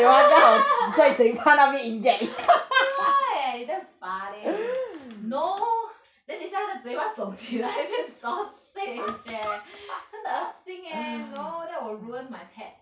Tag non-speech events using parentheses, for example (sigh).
(laughs) where you damn funny no then 等一下他的嘴巴肿起来像 sausage eh 很恶心 eh no that will ruin my tat~